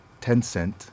Tencent